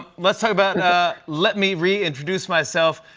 let's talk about and let me reintroduce myself.